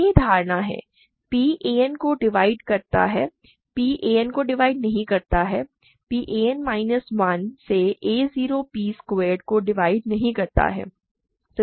p a n को divide करता है p a n को डिवाइड नहीं करता है p a n माइनस 1 से a 0 p स्क्वैरेड को डिवाइड नहीं करता है